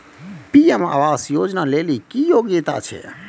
PM Awas Yojana लेली की योग्यता छै?